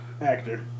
actor